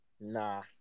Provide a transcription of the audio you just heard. nah